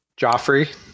Joffrey